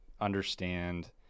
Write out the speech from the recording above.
understand